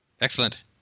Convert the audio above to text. excellent